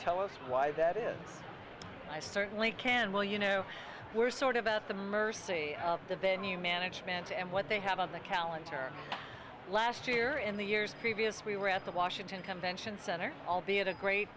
tell us why that is i certainly can well you know we're sort of at the mercy of the venue management and what they have on the calendar last year in the years previous we were at the washington convention center albeit a great